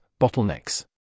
bottlenecks